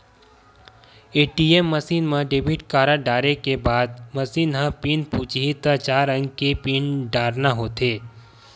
ATM machine म debit card डारे के बाद म मसीन ह पिन पूछही त चार अंक के पिन डारना होथे